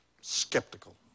skeptical